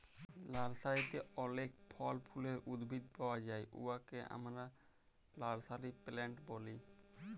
লার্সারিতে অলেক ফল ফুলের উদ্ভিদ পাউয়া যায় উয়াকে আমরা লার্সারি প্লান্ট ব্যলি